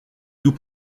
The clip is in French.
nous